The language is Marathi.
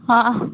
हां